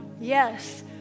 yes